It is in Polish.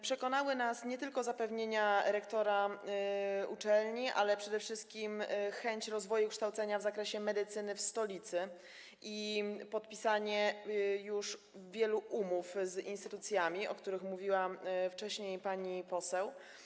Przekonały nas nie tylko zapewnienia rektora uczelni, ale przede wszystkim mówienie o chęci rozwoju i kształcenia w zakresie medycyny w stolicy i podpisanie już wielu umów z instytucjami, o których mówiła wcześniej pani poseł.